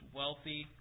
wealthy